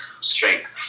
strength